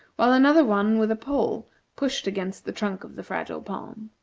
while another one with a pole pushed against the trunk of the fragile palm.